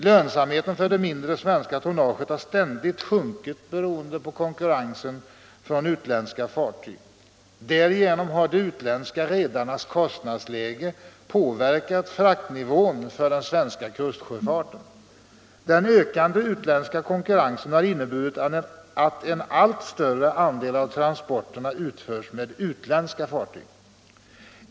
Lönsamheten för det mindre svenska tonnaget har ständigt sjunkit beroende på konkurrensen från utländska fartyg. Därigenom har de utländska redarnas kostnadsläge påverkat fraktnivån för den svenska kustsjöfarten. Den ökade utländska konkurrensen har inneburit att en allt större andel av transporterna utförs med utländska fartyg.